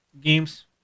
games